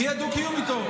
יהיה דו-קיום איתו.